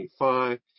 25